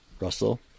Russell